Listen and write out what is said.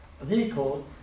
vehicle